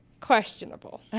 questionable